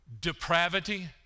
depravity